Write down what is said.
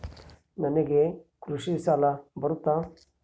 ನನಗೆ ಕೃಷಿ ಸಾಲ ಬರುತ್ತಾ?